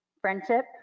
friendship